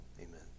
amen